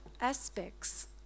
aspects